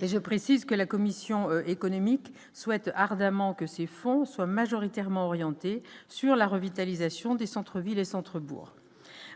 je précise que la commission économique souhaite ardemment que ces fonds soient majoritairement orientée sur la revitalisation des centres-villes et centre bourg